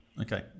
Okay